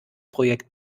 projekt